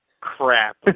crap